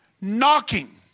Knocking